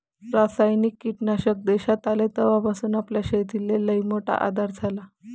रासायनिक कीटकनाशक देशात आले तवापासून आपल्या शेतीले लईमोठा आधार झाला